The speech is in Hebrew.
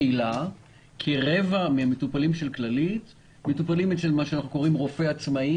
בקהילה כרבע מן המטופלים של כללית מטופלים אצל מה שנקרא רופא עצמאי,